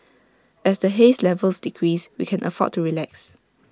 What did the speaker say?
as the haze levels decrease we can afford to relax